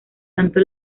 tanto